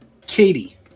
Katie